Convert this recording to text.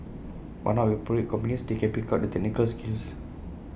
but now with appropriate companies they can pick up the technical skills